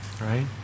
right